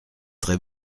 très